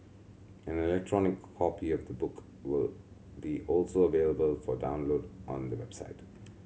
an electronic copy of the book will be also available for download on the website